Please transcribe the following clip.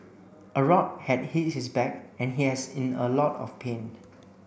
a rock had hit his back and he has in a lot of pain